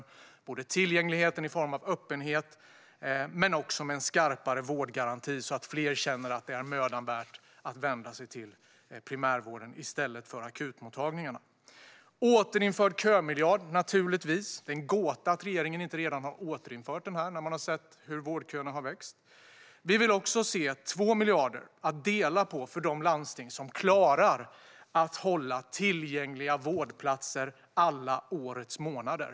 Det gäller tillgängligheten i form av öppenhet men också en skarpare vårdgaranti, så att fler känner att det är mödan värt att vända sig till primärvården i stället för akutmottagningarna. Vi återinför naturligtvis kömiljarden. Det är en gåta att regeringen inte redan har återinfört den, efter att ha sett vårdköerna växa. Vi vill också se 2 miljarder att dela på för de landsting som klarar att hålla tillgängliga vårdplatser alla årets månader.